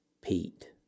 Pete